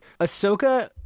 Ahsoka